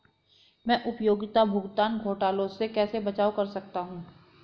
मैं उपयोगिता भुगतान घोटालों से कैसे बचाव कर सकता हूँ?